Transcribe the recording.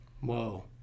Whoa